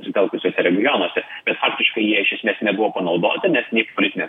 susitelkusiuos regionuose bet faktiškai jie iš esmės nebuvo panaudoti nes nei politinės